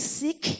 sick